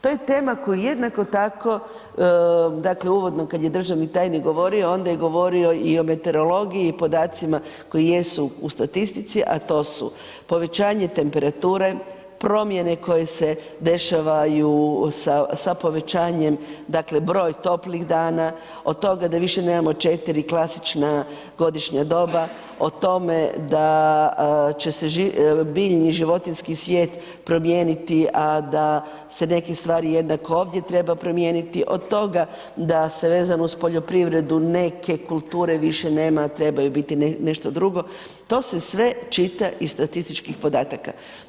To je tema koju jednako tako dakle uvodno kada je državni tajnik govorio onda je govorio i o meteorologiji i o podacima koji jesu u statistici, a to su: povećanje temperature, promjene koje se dešavaju sa povećanjem dakle broj toplih dana, od toga da više nemamo četiri klasična godišnja doba, o tome da će se biljni i životinjski svijet promijeniti, a da se neki stvari jednako ovdje treba promijeniti, od toga da se vezano uz poljoprivredu neke kulture više nema, a trebaju biti nešto drugo, to se sve čita iz statističkih podataka.